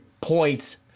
points